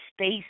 space